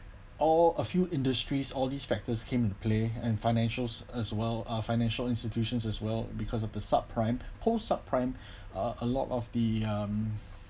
or a few industries all these factors came into play and financial as well our financial institutions as well because of the sub prime whole sub prime are a lot of the um